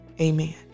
Amen